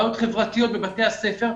פגיעות חברתיות בבתי הספר,